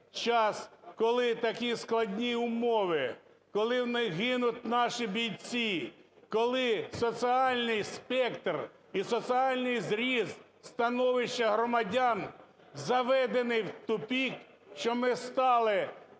час, коли такі складні умови, коли гинуть наші бійці, коли соціальний спектр і соціальний зріст становища громадян заведений в тупик, що ми стали,